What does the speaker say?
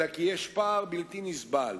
אלא כי יש פער בלתי נסבל